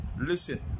Listen